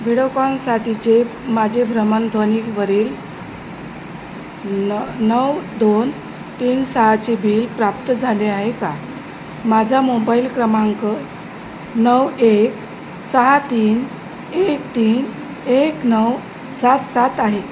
व्हिडओकॉनसाठीचे माझे भ्रमणध्वनीवरील न नऊ दोन तीन सहाचे बिल प्राप्त झाले आहे का माझा मोबाईल क्रमांक नऊ एक सहा तीन एक तीन एक नऊ सात सात आहे